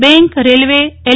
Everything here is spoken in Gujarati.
બેંક રેલવેએલ